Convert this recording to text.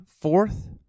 fourth